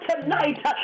tonight